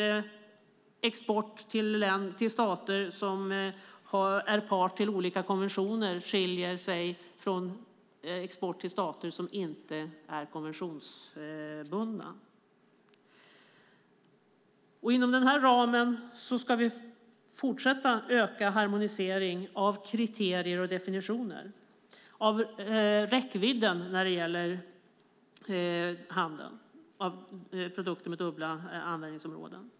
Export till stater som är parter i olika konventioner skiljer sig från export till stater som inte är konventionsbundna. Inom den ramen ska vi fortsätta att öka harmoniseringen av kriterier och definitioner av räckvidden för handeln med produkter med dubbla användningsområden.